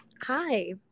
Hi